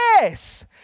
yes